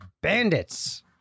bandits